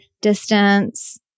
distance